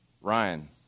Ryan